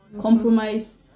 compromise